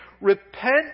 Repent